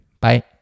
Bye